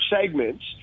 segments